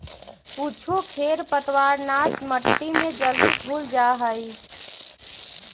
कुछो खेर पतवारनाश मट्टी में जल्दी घुल जा हई